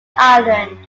island